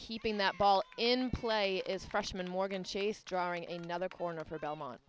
keeping that ball in play is freshman morgan chase drawing a nother corner for belmont